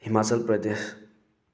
Himachal Pradesh